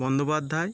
Bandyopadhyay